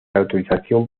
autorización